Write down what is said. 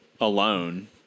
alone